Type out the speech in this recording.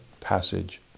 passage